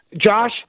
Josh